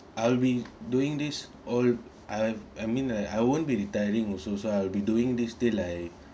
I'll be doing this or I I mean I I won't be retiring so so I'll be doing this thing like